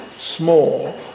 Small